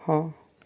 ହଁ